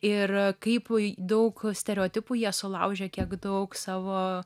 ir kaip į daug stereotipų jie sulaužė kiek daug savo